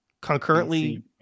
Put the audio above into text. Concurrently